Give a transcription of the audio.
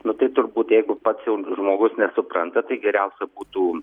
nu tai turbūt jeigu pats jau žmogus nesupranta tai geriausia būtų